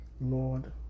Lord